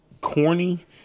corny